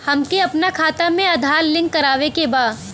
हमके अपना खाता में आधार लिंक करावे के बा?